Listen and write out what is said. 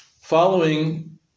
following